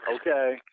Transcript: Okay